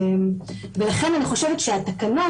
לכן אני חושבת שהתקנות,